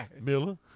Miller